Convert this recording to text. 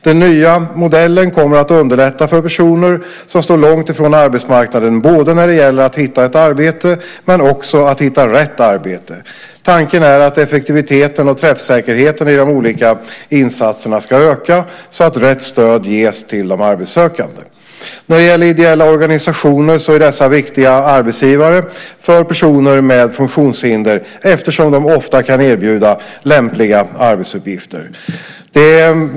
Den nya modellen kommer att underlätta för personer som står långt ifrån arbetsmarknaden när det gäller både att hitta ett arbete men också att hitta rätt arbete. Tanken är att effektiviteten och träffsäkerheten i de olika insatserna ska öka så att rätt stöd ges till de arbetssökande. När det gäller ideella organisationer så är dessa viktiga arbetsgivare för personer med funktionshinder eftersom de ofta kan erbjuda lämpliga arbetsuppgifter.